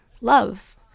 love